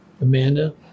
Amanda